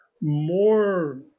More